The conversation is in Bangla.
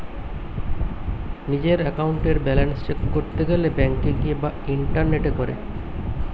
নিজের একাউন্টের ব্যালান্স চেক করতে গেলে ব্যাংকে গিয়ে বা ইন্টারনেটে করে